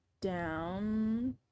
down